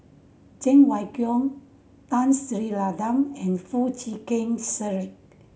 Cheng Wai Keung Tun Sri Lanang and Foo Chee Keng Cedric